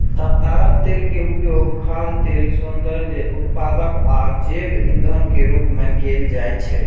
ताड़क तेल के उपयोग खाद्य तेल, सौंदर्य उत्पाद आ जैव ईंधन के रूप मे कैल जाइ छै